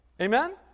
Amen